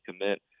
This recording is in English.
commit